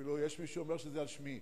יש אפילו מי שאומר שזה על שמי.